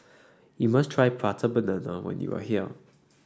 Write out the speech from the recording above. you must try Prata Banana when you are here